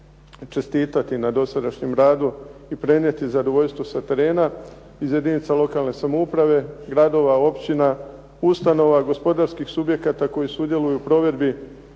čestitati na dosadašnjem radu i prenijeti zadovoljstvo sa terena iz jedinica lokalne samouprave, gradova, općina, ustanova, gospodarskih subjekata koji sudjeluju u provedbi